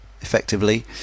effectively